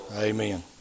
Amen